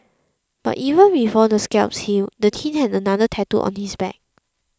but even before the scabs healed the teen had another tattooed on his back